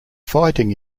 fighting